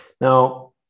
Now